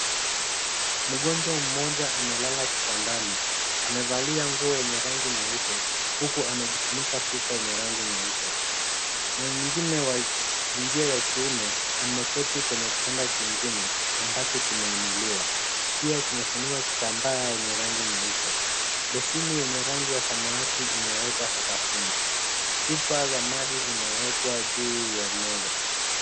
Mgonjwa mmoja amelala kitandani, amevalia nguo yenye rangi nyeupe huku amejifunika shuka yenye rangi nyeupe. Mwengine wa jinsia ya kiume ameketi kwenye kitanda kingine ambacho kimeinuliwa pia kimefunikwa kitambaa yenye rangi nyeupe. Besini yenye rangi ya samawati imewekwa sakafuni. Chupa za maji zimewekwa juu ya meza.